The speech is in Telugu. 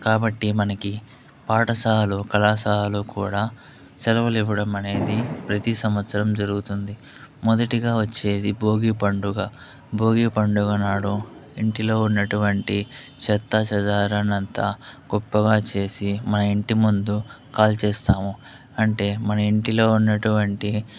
కాబట్టి మనకి పాఠశాలలో కళాశాలలో కూడా సెలవులు ఇవ్వడం అనేది ప్రతి సంవత్సరం జరుగుతుంది మొదటిగా వచ్చేది భోగి పండుగ భోగి పండుగ నాడు ఇంటిలో ఉన్నటువంటి చెత్తాచెదారాన్నంతా కుప్పగా చేసి మన ఇంటి ముందు కాల్చేస్తాము అంటే మన ఇంటిలో ఉన్నటువంటి